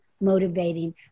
motivating